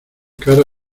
cara